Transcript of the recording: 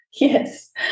Yes